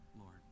Lord